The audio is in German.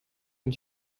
und